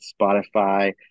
spotify